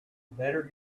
better